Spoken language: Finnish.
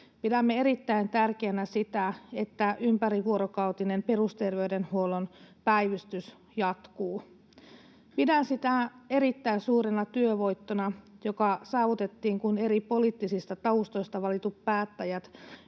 pidämme erittäin tärkeänä sitä, että ympärivuorokautinen perusterveydenhuollon päivystys jatkuu. Pidän sitä erittäin suurena työvoittona, joka saavutettiin, kun eri poliittisista taustoista valitut päättäjät